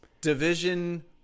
Division